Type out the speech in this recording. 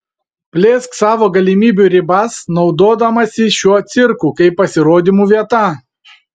plėsk savo galimybių ribas naudodamasi šiuo cirku kaip pasirodymų vieta